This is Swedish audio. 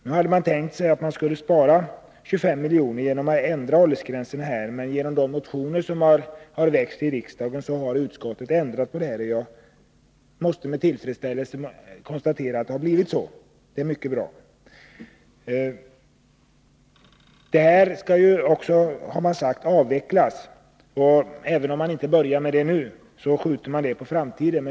Nu hade regeringen tänkt spara 25 milj.kr. genom att ändra åldersgränsen, men på grund av de motioner som har väckts har utskottet föreslagit ändringar i propositionen, och det hälsar jag med tillfredsställelse. Det har också sagts att detta stöd skall avvecklas, även om man inte börjar göra det nu utan skjuter det på framtiden.